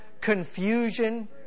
confusion